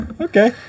Okay